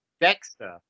Dexter